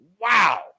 Wow